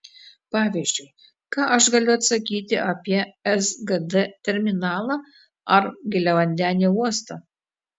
pavyzdžiui ką aš galiu atsakyti apie sgd terminalą arba giliavandenį uostą